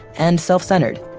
and self-centered.